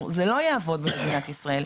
זה לא יעבוד במדינת ישראל,